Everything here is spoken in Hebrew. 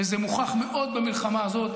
וזה מוכח מאוד במלחמה הזאת,